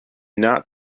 not